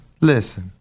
Listen